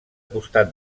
costat